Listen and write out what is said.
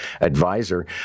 Advisor